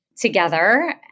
together